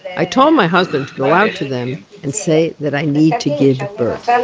i told my husband go out to them and say that i need to give birth and